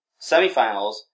semifinals